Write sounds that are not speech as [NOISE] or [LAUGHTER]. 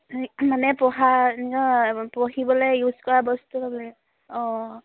[UNINTELLIGIBLE] মানে পঢ়া পঢ়িবলৈ ইউজ কৰা বস্তু ল'ব লাগে অঁ